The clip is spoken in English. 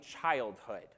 childhood